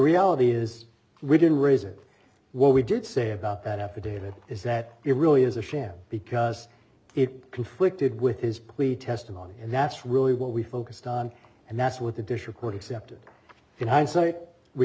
reality is we didn't raise it what we did say about that affidavit is that it really is a sham because it conflicted with his plea testimony and that's really what we focused on and that's what the dish record except it i